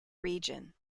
region